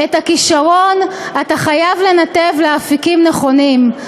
'את הכישרון אתה חייב לנתב לאפיקים נכונים,